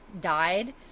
died